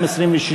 26,